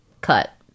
Cut